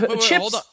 Chips